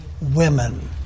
women